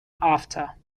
after